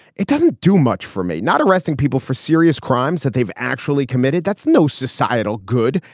it doesn't do much for me not arresting people for serious crimes that they've actually committed. that's no societal good.